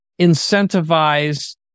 incentivize